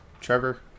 Trevor